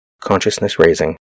consciousness-raising